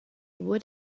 would